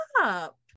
up